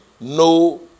no